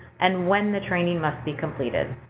and when the training must be completed.